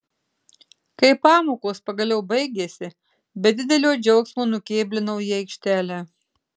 kai pamokos pagaliau baigėsi be didelio džiaugsmo nukėblinau į aikštelę